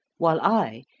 while i,